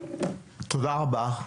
תודה רבה.